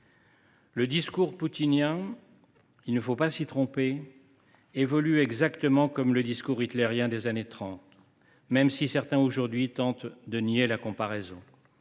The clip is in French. Le discours poutinien, il ne faut pas s’y tromper, évolue exactement comme le discours hitlérien des années 1930, quoique certains tentent de nier la comparaison.